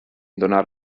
donar